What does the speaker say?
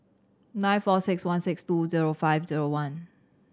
nine four six one six two zero five zero one